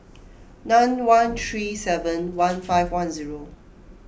nine one three seven one five one zero